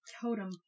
totem